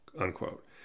Unquote